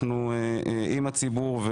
אנחנו עם הציבור,